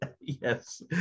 Yes